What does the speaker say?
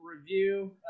review